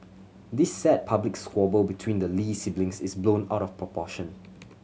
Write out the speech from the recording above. this sad public squabble between the Lee siblings is blown out of proportion